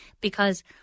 because-